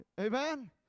Amen